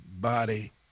body